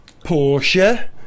Porsche